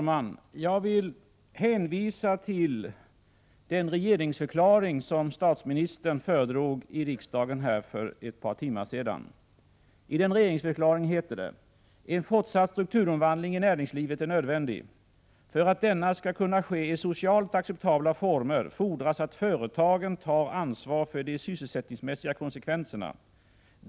STORA gjorde under 1985 en vinst på 1,1 miljarder kronor. STORA planerar att lägga ner sågen i Skoghall. ”En fortsatt strukturomvandling i näringslivet är nödvändig. För att denna skall kunna ske i socialt acceptabla former fordras att företagen tar ansvar för de sysselsättningsmässiga konsekvenserna.